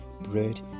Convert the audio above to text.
bread